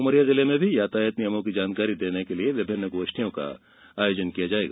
उमरिया जिले में यातायात नियमों की जानकारी देने के लिए गोष्ठियों का आयोजन किया जायेगा